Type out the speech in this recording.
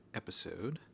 episode